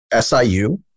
SIU